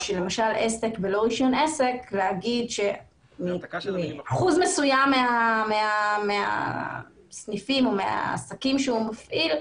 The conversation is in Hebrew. רישיון עסק" לומר שאחוז מסוים מהעסקים שהוא מפעיל,